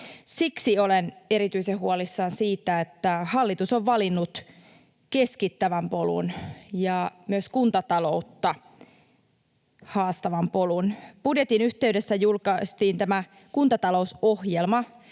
Siksi olen erityisen huolissani siitä, että hallitus on valinnut keskittävän polun ja myös kuntataloutta haastavan polun. Budjetin yhteydessä julkaistiin kuntatalousohjelma,